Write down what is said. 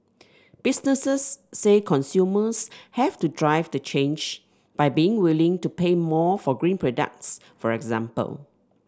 businesses say consumers have to drive the change by being willing to pay more for green products for example